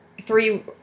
three